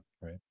right